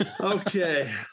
Okay